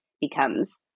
becomes